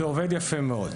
וזה עובד יפה מאוד.